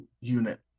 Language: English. unit